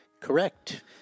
Correct